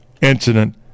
incident